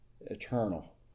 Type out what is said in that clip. eternal